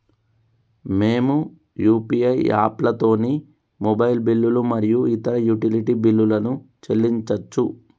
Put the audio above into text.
మేము యూ.పీ.ఐ యాప్లతోని మొబైల్ బిల్లులు మరియు ఇతర యుటిలిటీ బిల్లులను చెల్లించచ్చు